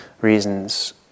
reasons